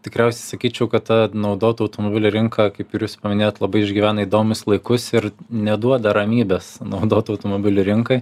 tikriausiai sakyčiau kad naudotų automobilių rinka kaip ir jūs paminėjot labai išgyvena įdomius laikus ir neduoda ramybės naudotų automobilių rinkai